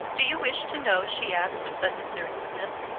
do you wish to know, she asked, with sudden seriousness,